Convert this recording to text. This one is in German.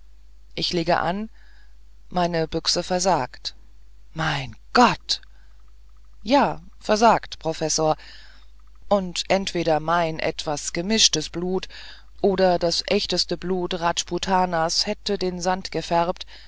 ich lege an meine büchse versagt mein gott ja versagt professor und entweder mein etwas gemischtes blut oder das echteste blut rajputanas hätte den sand gefärbt